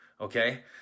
okay